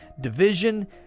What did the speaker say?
division